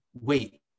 wait